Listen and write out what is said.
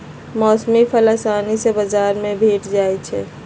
मौसमी फल असानी से बजार में भेंट जाइ छइ